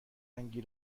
اهنگی